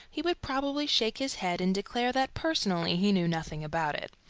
he would probably shake his head and declare that personally he knew nothing about it,